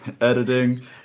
editing